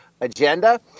agenda